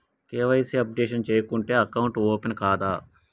KYC updation చేయకుంటే account open కాదా?